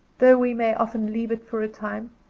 though we may often leave it for a time,